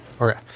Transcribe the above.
Okay